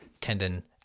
tendon